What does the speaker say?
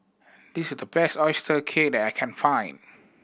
this the best oyster cake that I can find